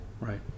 Right